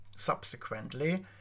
Subsequently